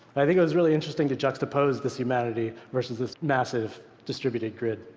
i think it was really interesting to juxtapose this humanity versus this massive distributed grid.